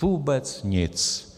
Vůbec nic.